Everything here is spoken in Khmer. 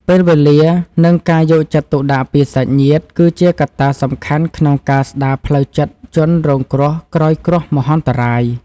ពេលវេលា និងការយកចិត្តទុកដាក់ពីសាច់ញាតិ គឺជាកត្តាសំខាន់ក្នុងការស្តារផ្លូវចិត្តជនរងគ្រោះក្រោយគ្រោះមហន្តរាយ។